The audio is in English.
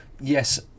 yes